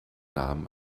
namen